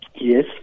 Yes